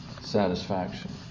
satisfaction